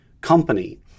company